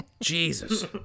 Jesus